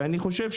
ולדעתי,